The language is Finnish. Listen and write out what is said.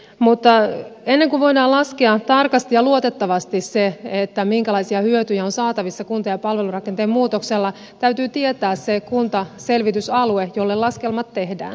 mutta ennen kuin voidaan laskea tarkasti ja luotettavasti se minkälaisia hyötyjä on saatavissa kunta ja palvelurakenteen muutoksella täytyy tietää se kuntaselvitysalue jolle laskelmat tehdään